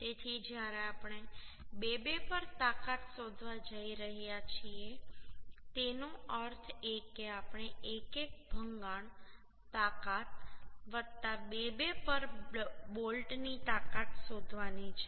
તેથી જ્યારે આપણે 2 2 પર તાકાત શોધવા જઈ રહ્યા છીએ તેનો અર્થ એ કે આપણે 1 1 ભંગાણ તાકાત 2 2 પર બોલ્ટની તાકાત શોધવાની છે